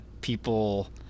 people